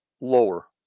lower